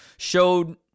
showed